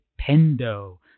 Pendo